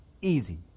easy